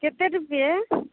कतेक रुपैआ